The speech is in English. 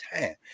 time